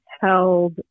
held